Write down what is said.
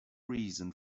reason